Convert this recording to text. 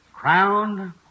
Crowned